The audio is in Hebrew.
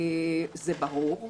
זה ברור.